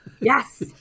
Yes